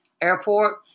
airport